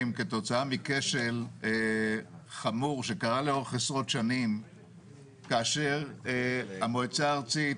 כתוצאה מכשל חמור שקרה לאורך עשרות שנים כאשר המועצה הארצית,